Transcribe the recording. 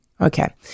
Okay